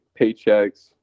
paychecks